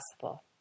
possible